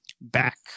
back